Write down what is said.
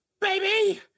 baby